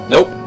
Nope